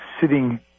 sitting